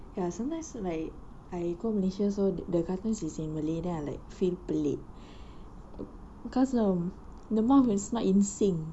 ya sometimes like I go malaysia also the cartoons is in malay then I like feel pelik because um the mouth is not in sync